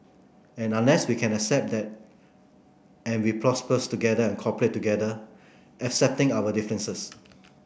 and unless we can accept that every prospers together cooperate together accepting our differences